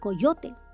coyote